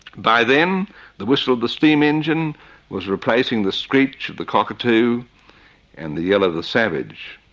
by then the whistle of the steam engine was replacing the screech of the cockatoo and the yell of the savage.